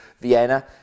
Vienna